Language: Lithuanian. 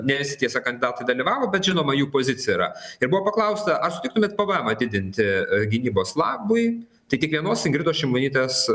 ne visi tiesa kandidatai dalyvavo bet žinoma jų pozicija yra ir buvo paklausta ar sutiktumėt pvemą didinti gynybos labui tai tik vienos ingridos šimonytės